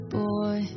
boy